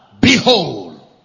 behold